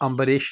Ambareesh